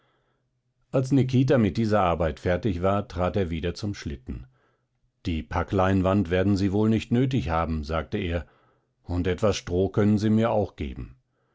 als nikita mit dieser arbeit fertig war trat er wieder zum schlitten die packleinwand werden sie wohl nicht nötig haben sagte er und etwas stroh können sie mir auch geben